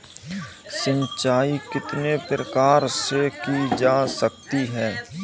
सिंचाई कितने प्रकार से की जा सकती है?